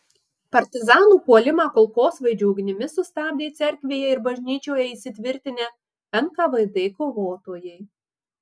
partizanų puolimą kulkosvaidžių ugnimi sustabdė cerkvėje ir bažnyčioje įsitvirtinę nkvd kovotojai